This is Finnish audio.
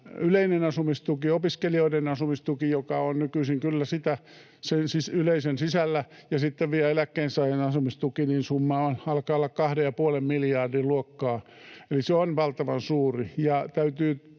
yleinen asumistuki, opiskelijoiden asumistuki — joka on nykyisin kyllä sen yleisen sisällä — ja sitten vielä eläkkeensaajan asumistuki, niin summa alkaa olla 2,5 miljardin luokkaa, eli se on valtavan suuri.